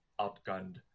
outgunned